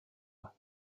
ans